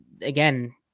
again